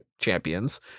Champions